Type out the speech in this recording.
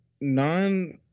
non